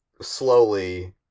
slowly